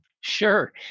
sure